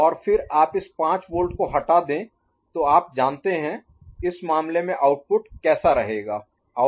और फिर आप इस 5 वोल्ट को हटा दें तो आप जानते हैं इस मामले में आउटपुट कैसा रहा होगा